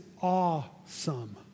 awesome